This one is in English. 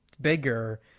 bigger